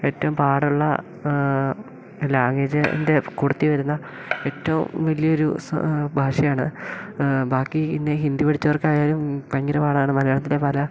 ഏറ്റവും പാടുള്ള ലാംഗ്വേജ് ൻ്റെ കൂടത്തിൽ വരുന്ന ഏറ്റവും വലിയൊരു സ ഭാഷയാണ് ബാക്കി പിന്നെ ഈ ഹിന്ദി പഠിച്ചവർക്കായാലും ഭയങ്കര പാടാണ് മലയാളത്തിൻ്റെ പല